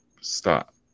stop